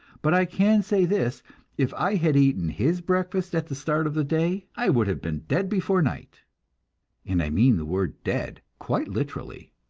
but i can say this if i had eaten his breakfast at the start of the day, i would have been dead before night and i mean the word dead quite literally.